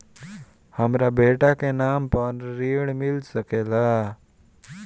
हमरा बेटा के नाम पर ऋण मिल सकेला?